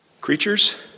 creatures